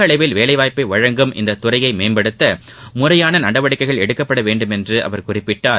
அளவில் வேலைவாய்ப்பை வழங்கும் இந்தத் துறையை மேம்படுத்த அதிக முறையான நடவடிக்கைகள் எடுக்கப்பட வேண்டும் என்று அவர் குறிப்பிட்டார்